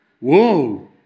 Whoa